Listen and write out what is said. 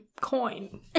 coin